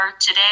today